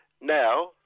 Now